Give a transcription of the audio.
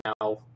now